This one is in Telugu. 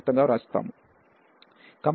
మొత్తంగా వ్రాస్తాము